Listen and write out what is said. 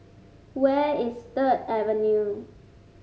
where is Third Avenue